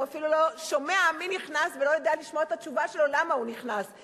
הוא אפילו לא שומע מי נכנס ולא יודע לשמוע את התשובה שלו למה הוא נכנס.